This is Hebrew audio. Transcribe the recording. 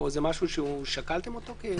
זה משהו ששקלתם אותו?